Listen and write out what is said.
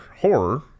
horror